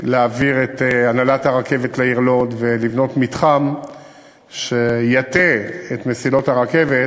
להעביר את הנהלת הרכבת לעיר לוד ולבנות מתחם שיטה את מסילות הרכבת